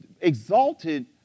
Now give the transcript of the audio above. exalted